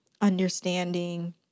understanding